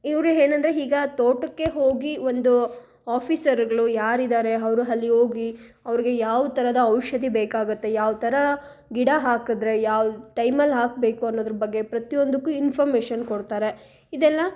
ಇವರೆ ಏನಂದ್ರೆ ಈಗ ತೋಟಕ್ಕೆ ಹೋಗಿ ಒಂದು ಆಫೀಸರ್ಗಳು ಯಾರಿದ್ದಾರೆ ಅವ್ರು ಅಲ್ಲಿ ಹೋಗಿ ಅವ್ರಿಗೆ ಯಾವ ಥರದ ಔಷಧಿ ಬೇಕಾಗುತ್ತೆ ಯಾವ ಥರ ಗಿಡ ಹಾಕಿದ್ರೆ ಯಾವ ಟೈಮಲ್ಲಿ ಹಾಕಬೇಕು ಅನ್ನೋದ್ರ ಬಗ್ಗೆ ಪ್ರತಿಯೊಂದಕ್ಕು ಇನ್ಫೊಮೇಷನ್ ಕೊಡ್ತಾರೆ ಇದೆಲ್ಲ